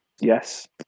Yes